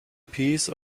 piece